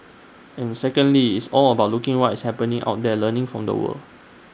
and secondly it's all about looking what's happening out there learning from the world